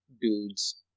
dudes